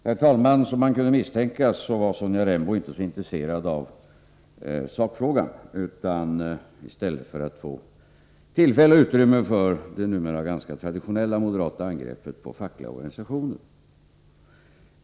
Herr talman! Som man kunde misstänka var Sonja Rembo inte så intresserad av sakfrågan, utan av att få tillfälle till och utrymme för det numera ganska traditionella moderata angreppet på fackliga organisationer.